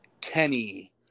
kenny